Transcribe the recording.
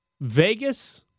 Vegas